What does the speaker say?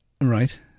Right